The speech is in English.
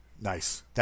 Nice